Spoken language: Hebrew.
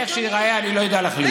איך ייראה, אני לא יודע להחליט.